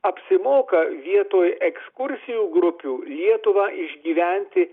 apsimoka vietoj ekskursijų grupių lietuvą išgyventi